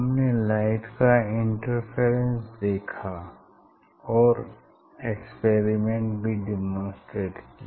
हमने लाइट का इंटरफेरेंस देखा और एक्सपेरिमेंट भी डेमोंस्ट्रेट किया